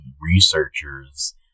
researchers